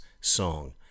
song